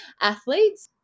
athletes